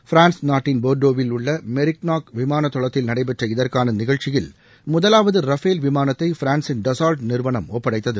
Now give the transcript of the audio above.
France நாட்டின் போர்டோவில் உள்ள மெரிக்நூக் விமான தளத்தில் நடைபெற்ற இதற்கான நிகழ்ச்சியில் முதலாவது ரஃபேல் விமானத்தை பிரான்சின் டசாவ்ட் நிறுவனம் ஒப்படைத்தது